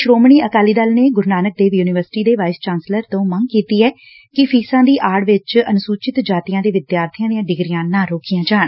ਸ੍ਰੋਮਣੀ ਅਕਾਲੀ ਦਲ ਨੇ ਗੁਰੂ ਨਾਨਕ ਦੇਵ ਯੂਨੀਵਰਸਿਟੀ ਅੰਮ੍ਰਿਤਸਰ ਦੇ vice chancellor ਤੋਂ ਮੰਗ ਕੀਤੀ ਏ ਕਿ ਫੀਸਾਂ ਦੀ ਆੜ ਵਿਚ ਅਨੁਸੂਚਿਤ ਜਾਤੀਆਂ ਦੇ ਵਿਦਿਆਰਥੀਆਂ ਦੀਆਂ ਡਿਗਰੀਆਂ ਨਾ ਰੋਕੀਆਂ ਜਾਣ